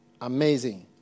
Amazing